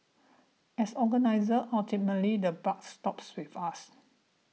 as organisers ultimately the bucks stops with us